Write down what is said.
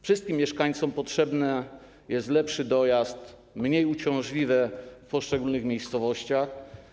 Wszystkim mieszkańcom potrzebny jest lepszy dojazd, mniej uciążliwy w poszczególnych miejscowościach.